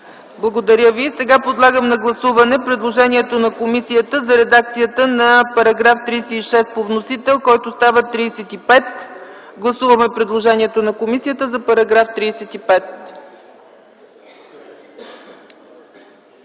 не е прието. Сега подлагам на гласуване предложението на комисията за редакцията на § 36 по вносител, който става § 35. Гласуваме предложението на комисията за § 35.